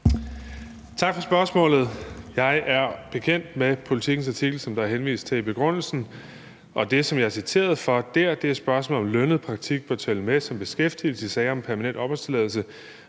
Tak for spørgsmålet. Jeg er bekendt med Politikens artikel, som der henvises til i begrundelsen, og det, som jeg er citeret for dér, er spørgsmålet om, om lønnet praktik bør tælle med som beskæftigelse i sager om permanent opholdstilladelse,